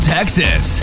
Texas